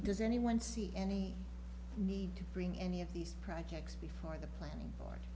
does anyone see any need to bring any of these projects before the planning board